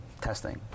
testing